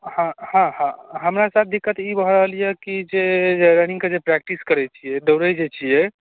हाँ हाँ हाँ हमरा साथ दिक्कत ई भऽ रहल यऽ कि जे रनिंगके जे प्रैक्टिस करै छियै दौड़ै जे छियै